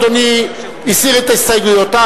אדוני הסיר את הסתייגויותיו,